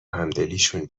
همدلیشون